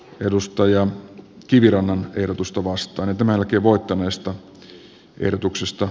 edustaja kivirannan tiedotustuvasta halki voi äänestetään ehdotuksesta